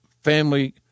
family